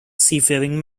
seafaring